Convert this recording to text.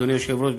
אדוני היושב-ראש,